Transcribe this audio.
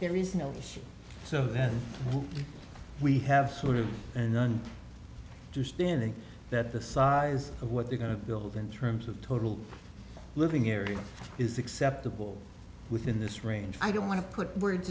there is no issue so that we have sort of a nun do spinning that the size of what they're going to build in terms of total living here is acceptable within this range i don't want to put words